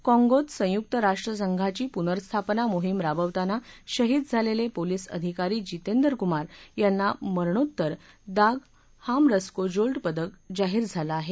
काँगोत संयुक्त राष्ट्र संघाची पुनर्स्थापना मोहिम राबवताना शहीद झालेले पोलीस अधिकारी जितेंदर कुमार यांना मरणोत्तर दाग हामरस्कोजोल्ड पदक जाहीर झाले आहे